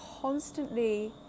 constantly